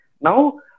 Now